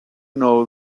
know